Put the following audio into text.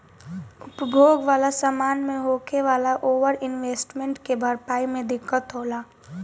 उपभोग वाला समान मे होखे वाला ओवर इन्वेस्टमेंट के भरपाई मे दिक्कत होला